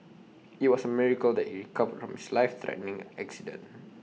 IT was A miracle that he recovered from his life threatening accident